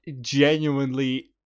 genuinely